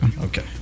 Okay